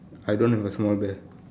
I don't have a small bear